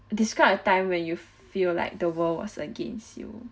describe a time where you feel like the world was against you